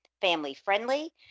family-friendly